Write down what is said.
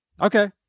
okay